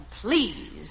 please